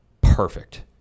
perfect